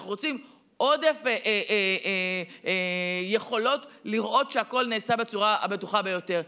אנחנו רוצים עודף יכולות לראות שהכול נעשה בצורה הבטוחה ביותר.